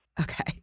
okay